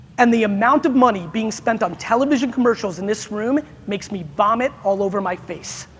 and the amount of money being spent on television commercials in this room makes me vomit all over my face.